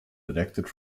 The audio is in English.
elected